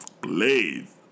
please